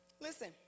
Listen